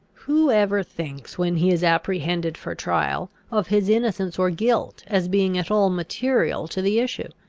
who ever thinks, when he is apprehended for trial, of his innocence or guilt as being at all material to the issue?